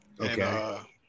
Okay